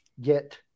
get